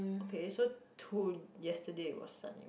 okay so to yesterday was sunny